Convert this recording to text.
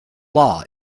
law